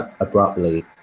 abruptly